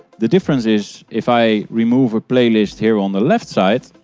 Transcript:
the difference is, if i remove a playlist here on the left side,